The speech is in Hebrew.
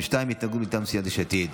התנגדות מטעם סיעת יש עתיד.